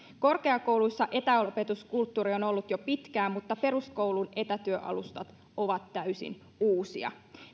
korkeakouluissa etäopetuskulttuuri on ollut jo pitkään mutta peruskoulun etätyöalustat ovat täysin uusia